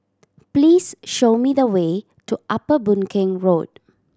please show me the way to Upper Boon Keng Road